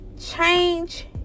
change